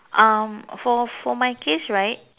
um for for my case right